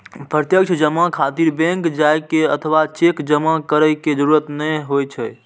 प्रत्यक्ष जमा खातिर बैंक जाइ के अथवा चेक जमा करै के जरूरत नै होइ छै